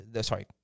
Sorry